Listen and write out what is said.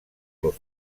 los